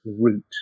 route